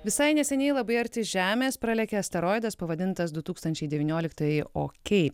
visai neseniai labai arti žemės pralėkė asteroidas pavadintas du tūkstančiai devynioliktoji o kei